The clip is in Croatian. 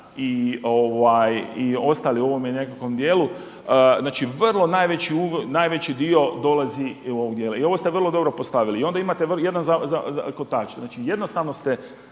i ostali u ovom nekakvom djelu. Znači najveći dio dolazi iz ovog djela. I ovo ste vrlo dobro postavili. I onda imate jedan kotač, znači jednostavno ste,